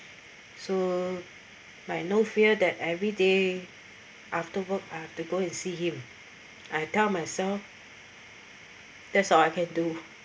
so my you know fear that every day after work I have to go and see him I tell myself that's all I can do